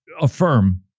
affirm